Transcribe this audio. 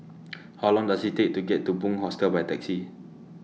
How Long Does IT Take to get to Bunc Hostel By Taxi